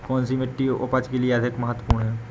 कौन सी मिट्टी उपज के लिए अधिक महत्वपूर्ण है?